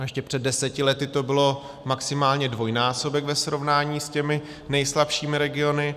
ještě před deseti lety to byl maximálně dvojnásobek ve srovnání s těmi nejslabšími regiony.